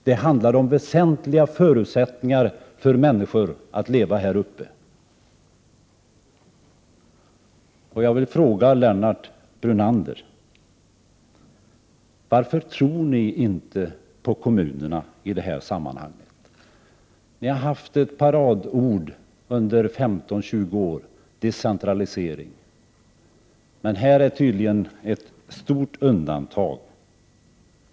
Det handlar om väsentliga förutsättningar för människor att kunna leva där. Jag vill ställa en fråga till Lennart Brunander. Varför tror ni inte på kommunerna i det här sammanhanget? Centerpartiet har haft ett paradord under 15 till 20 år, nämligen decentralisering. Men här har vi tydligen ett stort undantag.